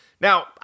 Now